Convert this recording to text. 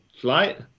flight